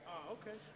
מעמיק,